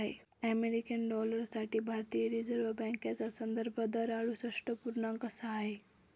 American dollar साठी भारतीय reserve बँकेचा संदर्भ दर अडुसष्ठ पूर्णांक सहा आहे